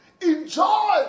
Enjoy